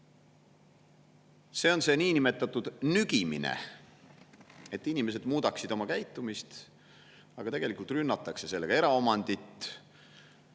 on see niinimetatud nügimine, et inimesed muudaksid oma käitumist, aga tegelikult rünnatakse sellega eraomandit,